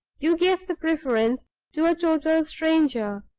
you gave the preference to a total stranger,